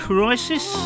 Crisis